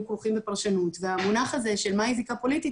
כרוכים בפרשנות והמונח הזה של מהי זיקה פוליטית,